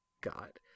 God